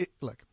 look